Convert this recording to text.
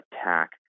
attack